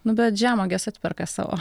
nu bet žemuogės atperka savo